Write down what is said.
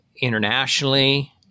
internationally